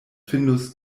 findus